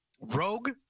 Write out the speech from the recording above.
Rogue